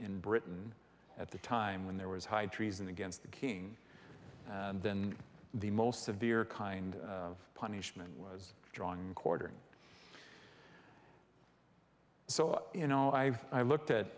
in britain at the time when there was high treason against the king and then the most severe kind of punishment was drawing and quartering so you know i've i looked at